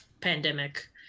pandemic